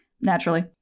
Naturally